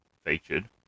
featured